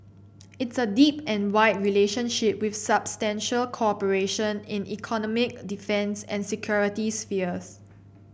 it's a deep and wide relationship with substantial cooperation in economic defence and security spheres